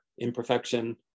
imperfection